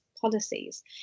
policies